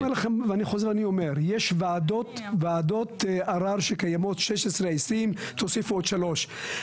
יש וועדות ערר שקיימות 16, 20. תוסיפו עוד שלוש.